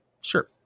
Sure